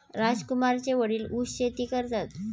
राजकुमारचे वडील ऊस शेती करतात